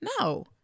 No